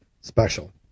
special